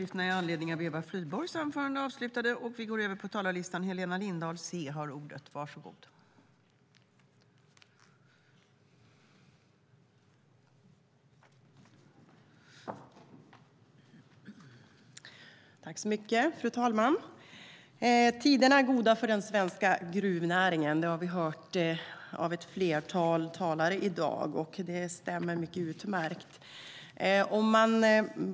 Fru talman! Tiderna är goda för den svenska gruvnäringen. Det har vi hört från ett flertal talare i dag, och det stämmer.